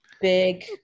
big